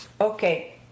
Okay